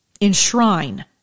enshrine